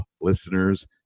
listeners